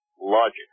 logic